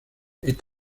est